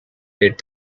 bade